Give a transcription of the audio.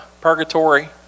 purgatory